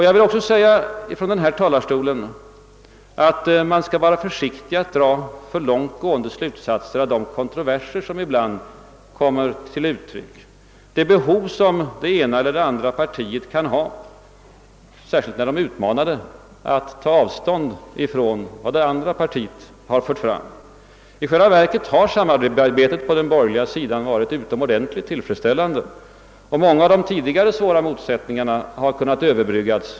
Jag vill också säga från denna talarstol att man skall vara försiktig med att dra för långt gående slutsatser av de kontroverser som ibland kommer till uttryck, det behov som det ena eller det andra partiet kan ha, särskilt när de är utmanade, att ta avstånd från vad det andra partiet har fört fram. I själva verket har samarbetet på den borgerliga sidan varit utomordentligt tillfredsställande. Många av de tidigare svåra motsättningarna har kunnat överbryggas.